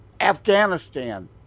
Afghanistan